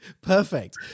Perfect